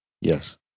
Yes